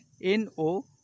NO